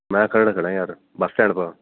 ਮੈਂ ਖਰੜ ਖੜ੍ਹਾਂ ਯਾਰ ਬਸ ਸਟੈਂਡ ਪਰ